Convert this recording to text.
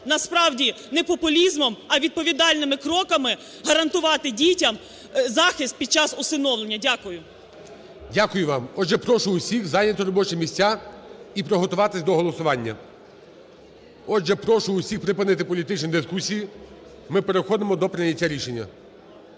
насправді не популізмом, а відповідальними кроками гарантувати дітям захист під час усиновлення. Дякую. ГОЛОВУЮЧИЙ. Дякую вам. Отже, прошу усіх зайняти робочі місця і приготуватись до голосування. Отже, прошу усіх припинити політичні дискусії, ми переходимо до прийняття рішення.